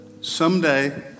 Someday